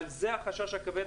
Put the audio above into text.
אבל זה החשש הכבד.